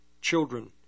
children